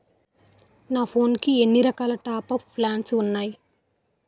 నా ఫోన్ కి ఎన్ని రకాల టాప్ అప్ ప్లాన్లు ఉన్నాయి?